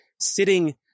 sitting